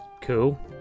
Cool